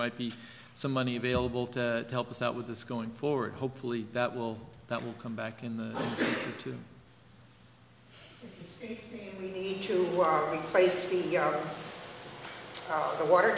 might be some money available to help us out with this going forward hopefully that will that will come back in the tube to tracy out of the water